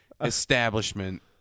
establishment